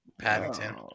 Paddington